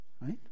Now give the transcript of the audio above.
Right